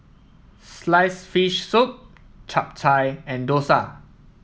sliced fish soup Chap Chai and Dosa